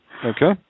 Okay